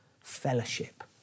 fellowship